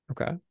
Okay